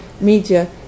media